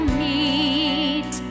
meet